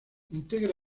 integra